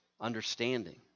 understanding